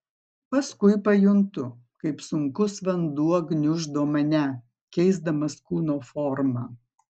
paskui pajuntu kaip sunkus vanduo gniuždo mane keisdamas kūno formą